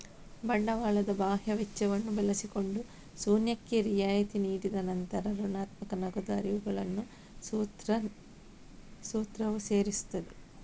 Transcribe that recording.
ಬಂಡವಾಳದ ಬಾಹ್ಯ ವೆಚ್ಚವನ್ನು ಬಳಸಿಕೊಂಡು ಶೂನ್ಯಕ್ಕೆ ರಿಯಾಯಿತಿ ನೀಡಿದ ನಂತರ ಋಣಾತ್ಮಕ ನಗದು ಹರಿವುಗಳನ್ನು ಸೂತ್ರವು ಸೇರಿಸುತ್ತದೆ